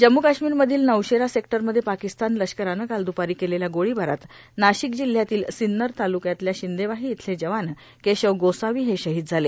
जम्मू काश्मीरमधल्या नौशेरा सेक्टरमध्ये पाकिस्तान लष्करानं काल दुपारी केलेल्या गोळीबारात नाशिक जिल्हयाच्या सिन्नर तालुक्यातल्या शिंदेवाही इथले जवान केशव गोसावी हे शहीद झाले